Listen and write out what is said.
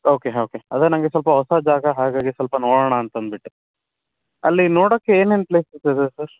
okay okay ಅದೇ ನನಗೆ ಸ್ವಲ್ಪ ಹೊಸ ಜಾಗ ಹಾಗಾಗಿ ಸ್ವಲ್ಪ ನೋಡೋಣ ಅಂತನ್ಬಿಟ್ಟು ಅಲ್ಲಿ ನೋಡೋಕ್ಕೆ ಏನೇನು ಪ್ಲೇಸಸ್ ಇದೆ ಸರ್